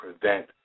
prevent